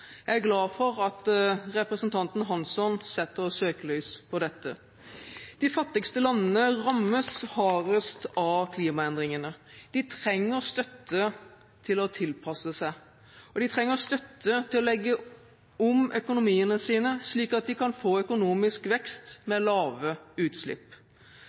Jeg er glad for at representanten Hansson setter søkelys på dette. De fattigste landene rammes hardest av klimaendringene. De trenger støtte til å tilpasse seg. Og de trenger støtte til å legge om økonomiene sine, slik at de kan få økonomisk vekst med lave utslipp.